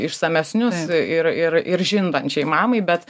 išsamesnius ir ir ir žindančiai mamai bet